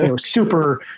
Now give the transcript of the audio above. super